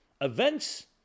Events